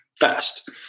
fast